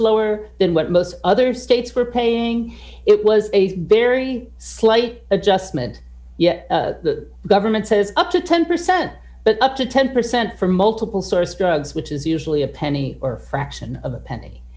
lower than what most other states were paying it was a very slight adjustment yet the government says up to ten percent but up to ten percent for multiple source drugs which is usually a penny or fraction of a penny